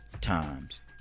times